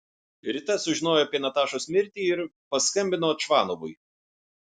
rita sužinojo apie natašos mirtį ir paskambino čvanovui